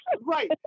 Right